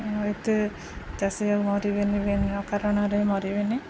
ଏତେ ଚାଷୀ ଆଉ ମରିବେନି ବିନା କାରଣରେ ମରିବେନି